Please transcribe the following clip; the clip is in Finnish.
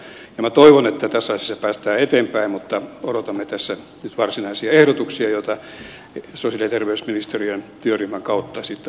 minä toivon että tässä asiassa päästään eteenpäin mutta odotamme tässä nyt varsinaisia ehdotuksia joita sosiaali ja terveysministeriön työryhmän kautta sitten aikanaan tulee